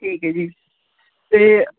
ਠੀਕ ਹੈ ਜੀ ਅਤੇ